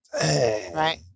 Right